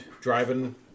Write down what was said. driving